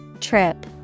Trip